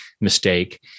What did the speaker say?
mistake